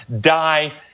die